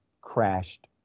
crashed